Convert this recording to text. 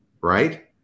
right